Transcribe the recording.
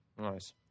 Nice